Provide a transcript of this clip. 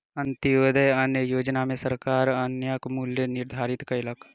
अन्त्योदय अन्न योजना में सरकार अन्नक मूल्य निर्धारित कयलक